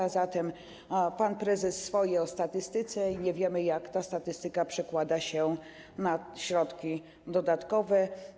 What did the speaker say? A zatem pan prezes mówił swoje o statystyce, a my wciąż nie wiemy, jak ta statystyka przekłada się na środki dodatkowe.